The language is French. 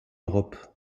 europe